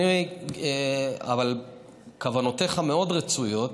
אבל כוונותיך מאוד רצויות,